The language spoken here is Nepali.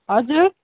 हजुर